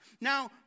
Now